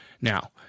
Now